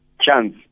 chance